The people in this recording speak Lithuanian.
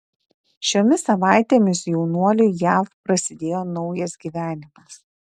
šiomis savaitėmis jaunuoliui jav prasidėjo naujas gyvenimas